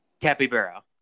capybara